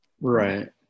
right